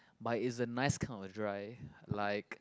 but is a nice kind of dry like